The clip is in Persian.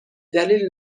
دلیل